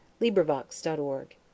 LibriVox.org